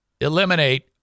Eliminate